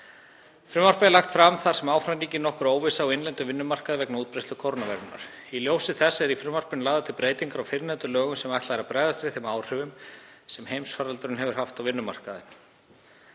Frumvarpið er lagt fram þar sem áfram ríkir nokkur óvissa á innlendum vinnumarkaði vegna útbreiðslu kórónuveirunnar. Í ljósi þess eru í frumvarpinu lagðar til breytingar á fyrrnefndum lögum sem ætlað er að bregðast við þeim áhrifum sem heimsfaraldurinn hefur haft á vinnumarkaðinn.